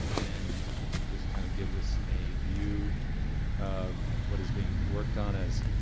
and it just kind of gives us a view of what is being worked on as,